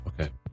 okay